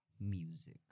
music